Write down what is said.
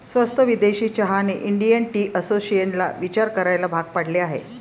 स्वस्त विदेशी चहाने इंडियन टी असोसिएशनला विचार करायला भाग पाडले आहे